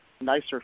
nicer